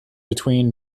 between